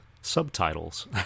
subtitles